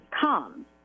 come